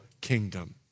kingdom